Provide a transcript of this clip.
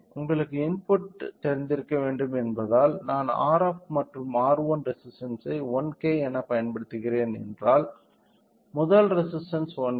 உங்களுக்கு இன்புட் தெரிந்திருக்க வேண்டும் என்பதால் நான் Rf மற்றும் R1 ரெசிஸ்டன்ஸ் ஐ 1 K என பயன்படுத்துகிறேன் என்றால் முதல் ரெசிஸ்டன்ஸ் 1K